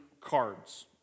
cards